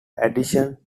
addition